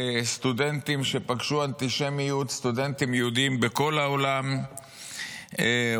סטודנטים יהודים בכל העולם פגשו אנטישמיות,